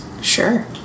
sure